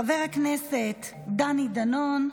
חבר הכנסת דני דנון,